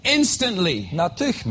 instantly